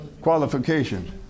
Qualifications